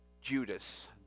Judas